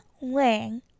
Wang